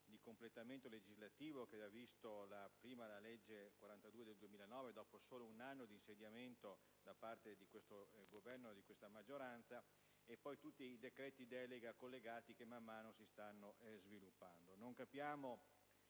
di completamento legislativo che ha visto prima la legge n. 42 del 2009, dopo solo un anno di insediamento da parte di questo Governo e di questa maggioranza, e poi tutti i decreti delegati collegati che man mano si stanno sviluppando.